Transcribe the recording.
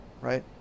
right